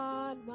God